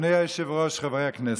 אדוני היושב-ראש, חברי הכנסת,